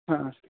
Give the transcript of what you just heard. हा